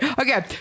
Okay